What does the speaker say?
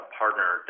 partner